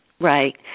right